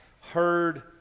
heard